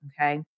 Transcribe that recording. okay